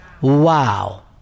Wow